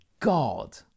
God